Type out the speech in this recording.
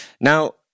Now